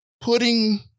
putting